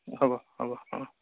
হ'ব হ'ব অ